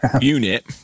unit